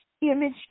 image